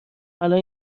الان